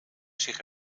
zich